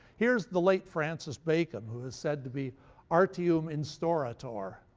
here's the late francis bacon, who was said to be artium instaurator,